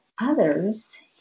others